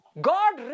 God